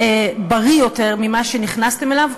בריא יותר מזה שנכנסתם אליו,